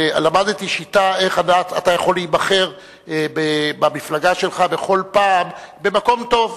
ולמדתי שיטה איך אתה יכול להיבחר במפלגה שלך בכל פעם במקום טוב,